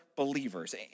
believers